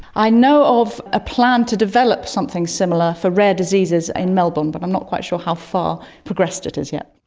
i know of a plan to develop something similar for rare diseases in melbourne, but i'm not quite sure how far progressed it is yet.